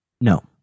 No